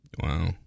Wow